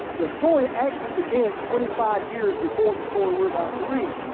the story actually begins twenty five years before the story we're about to read.